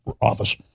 office